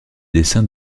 dessins